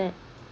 that